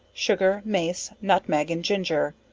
sugar, mace, nutmeg and ginger,